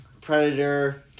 Predator